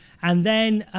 and then,